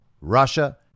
Russia